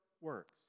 works